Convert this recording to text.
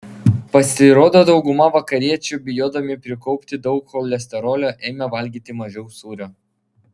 pasirodo dauguma vakariečių bijodami prikaupti daug cholesterolio ėmė valgyti mažiau sūrio